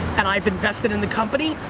and i've invested in the company,